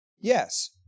Yes